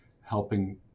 helping